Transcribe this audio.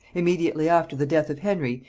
immediately after the death of henry,